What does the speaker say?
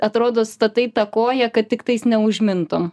atrodo statai koją kad tiktais neužmintum